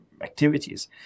activities